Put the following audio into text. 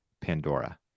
Pandora